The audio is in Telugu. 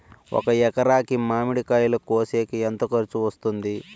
ఒక ఎకరాకి మామిడి కాయలు కోసేకి ఎంత ఖర్చు వస్తుంది?